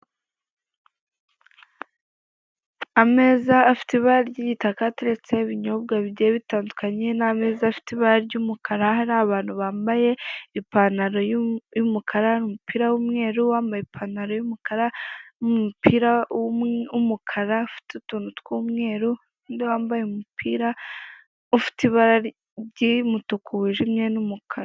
Ameza afite ibara ry'igitaka ateretseho ibinyobwa bigiye bitandukanye, n'ameza afite ibara ry'umukara hariho abantu bambaye ipantaro y'umukara n'umupira w'umweru, uwambaye ipantaro y'umukara n'umupira w'umukara ufite utuntu tw'umweru, n'undi wambaye umupira ufite ibara ry'umutuku wijimye w'umukara.